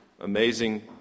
amazing